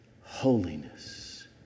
holiness